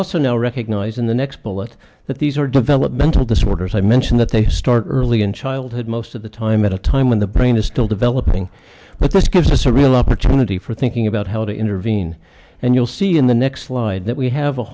also now recognize in the next bullet that these are developmental disorders i mention that they start early in childhood most of the time at a time when the brain is still developing but this gives us a real opportunity for thinking about how to intervene and you'll see in the next slide that we have a